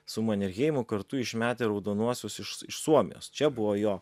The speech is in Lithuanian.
su manerheimu kartu išmetę raudonuosius iš suomijos čia buvo jo